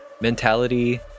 mentality